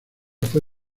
fue